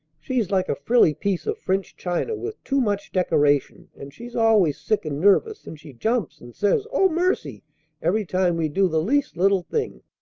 she's like a frilly piece of french china with too much decoration and she's always sick and nervous and she jumps, and says oh, mercy every time we do the least little thing.